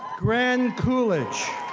grahn cooledge,